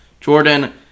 Jordan